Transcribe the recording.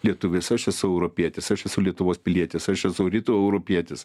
lietuvis aš esu europietis aš esu lietuvos pilietis aš esu rytų europietis